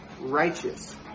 righteous